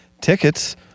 tickets